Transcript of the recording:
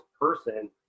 person